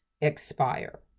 expire